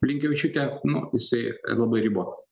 blinkevičiūtė nu jisai labai ribotas